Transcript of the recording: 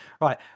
Right